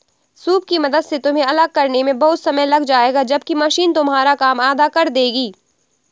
soup की मदद से तुम्हें अलग करने में बहुत समय लग जाएगा जबकि मशीन तुम्हारा काम आधा कर देगी